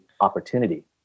opportunity